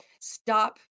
stop